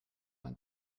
man